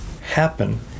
happen